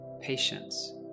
patience